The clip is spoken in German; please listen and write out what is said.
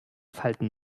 falten